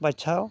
ᱵᱟᱪᱷᱟᱣ